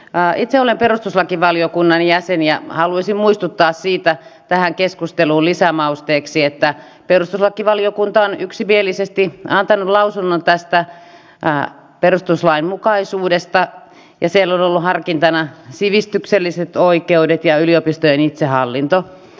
itse olen perustuslakivaliokunnan jäsen ja haluaisin muistuttaa tähän keskusteluun lisämausteeksi siitä että perustuslakivaliokunta on yksimielisesti antanut lausunnon tästä perustuslainmukaisuudesta ja siellä on ollut harkinnassa sivistykselliset oikeudet ja yliopistojen itsehallinto